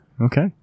okay